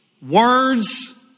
Words